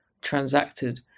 transacted